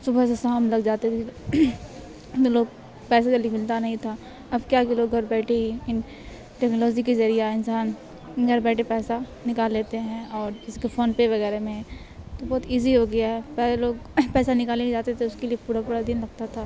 صبح سے شام لگ جاتے تھے لوگ پیسے کے لے ملتا نہیں تھا اب کیا کہ لوگ گھر بیٹھے ہی ان ٹیکنالوجی کے ذریعہ انسان گھر بیٹھے پیسہ نکال لیتے ہیں اور جس کے فون پے وغیرہ میں تو بہت ایزی ہو گیا ہے پہلے لوگ پیسہ نکالنے جاتے تھے اس کے لیے پورا پورا دن لگتا تھا